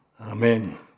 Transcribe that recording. Amen